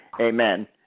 amen